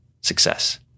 success